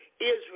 Israel